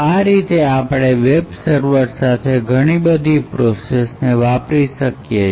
તો આ રીતે આપણે વેબ સર્વર સાથે ઘણી બધી આ પ્રોસેસને વાપરી શકીએ